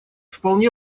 вполне